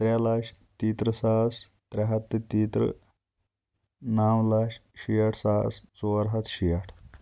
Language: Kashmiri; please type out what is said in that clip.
ترٛےٚ لچھ تیٚیہِ تٕرٛہ ساس ترٛےٚ ہَتھ تہٕ تیٚیہِ تٕرٛہ نَو لچھ شیٹھ ساس ژور ہَتھ شیٹھ